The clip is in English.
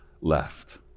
left